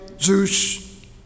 Zeus